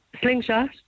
slingshot